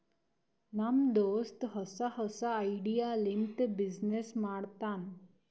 ನಮ್ ದೋಸ್ತ ಹೊಸಾ ಹೊಸಾ ಐಡಿಯಾ ಲಿಂತ ಬಿಸಿನ್ನೆಸ್ ಮಾಡ್ತಾನ್